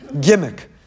gimmick